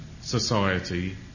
society